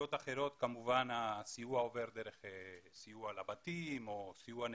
בקהילות אחרות כמובן הסיוע עובר דרך סיוע לבתים או סיוע נקודתית,